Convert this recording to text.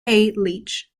leach